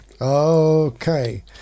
Okay